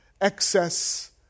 excess